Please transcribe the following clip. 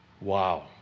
Wow